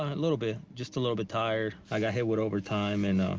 ah little bit, just a little bit tired. i got hit with overtime and